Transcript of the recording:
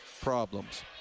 problems